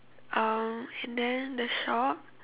um and then the shop